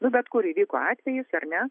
nu bet kur įvyko atvejis ar ne